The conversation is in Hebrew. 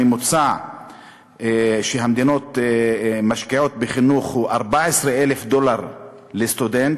הממוצע שהמדינות משקיעות בחינוך הוא 14,000 דולר לסטודנט,